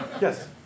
Yes